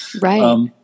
Right